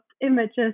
images